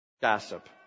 gossip